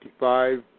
55